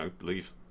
leave